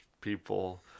people